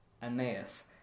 Aeneas